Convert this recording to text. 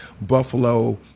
buffalo